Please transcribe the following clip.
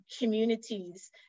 communities